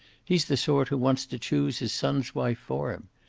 he's the sort who wants to choose his son's wife for him.